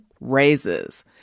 raises